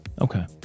Okay